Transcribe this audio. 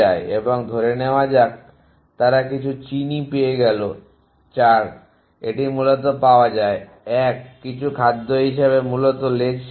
এবং ধরে নেওয়া যাক তারা কিছু চিনি পেয়ে গেলো 4 এটি মূলত পাওয়া যায় 1 কিছু খাদ্য হিসাবে মূলত লেজ শেষ হয়